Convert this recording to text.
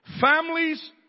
Families